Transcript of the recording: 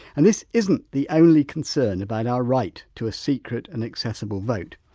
and this isn't the only concern about our right to a secret and accessible vote.